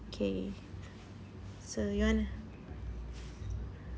okay so you want to